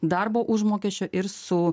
darbo užmokesčio ir su